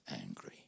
angry